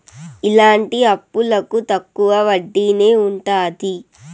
ఇలాంటి అప్పులకు తక్కువ వడ్డీనే ఉంటది